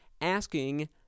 asking